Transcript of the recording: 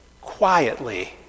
quietly